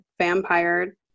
vampire